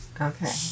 Okay